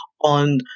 on